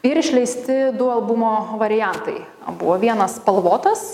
ir išleisti du albumo variantai buvo vienas spalvotas